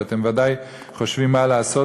ואתם ודאי חושבים מה לעשות,